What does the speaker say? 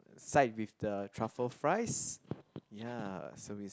side with the truffle fries ya so is